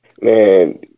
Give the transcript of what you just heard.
Man